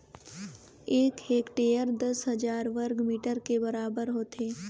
एक हेक्टेयर दस हजार वर्ग मीटर के बराबर होथे